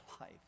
life